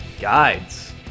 Guides